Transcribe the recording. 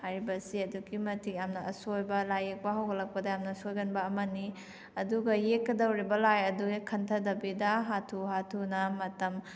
ꯍꯥꯏꯔꯤꯕꯁꯤ ꯑꯗꯨꯛꯀꯤ ꯃꯇꯤꯛ ꯌꯥꯝꯅ ꯑꯁꯣꯏꯕ ꯂꯥꯏ ꯌꯦꯛꯄ ꯍꯧꯒꯠꯂꯛꯄꯗ ꯌꯥꯝꯅ ꯁꯣꯏꯒꯟꯕ ꯑꯃꯅꯤ ꯑꯗꯨꯒ ꯌꯦꯛꯀꯗꯧꯔꯤꯕ ꯂꯥꯏ ꯑꯗꯨ ꯍꯦꯛ ꯈꯟꯊꯗꯕꯤꯗ ꯍꯥꯊꯨ ꯍꯥꯊꯨꯅ ꯃꯇꯝ